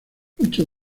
muchos